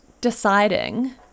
deciding